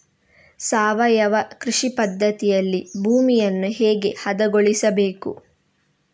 ಸಾವಯವ ಕೃಷಿ ಪದ್ಧತಿಯಲ್ಲಿ ಭೂಮಿಯನ್ನು ಹೇಗೆ ಹದಗೊಳಿಸಬೇಕು?